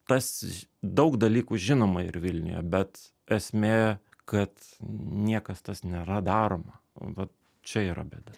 tas daug dalykų žinoma ir vilniuje bet esmė kad niekas tas nėra daroma nu vat čia yra bėda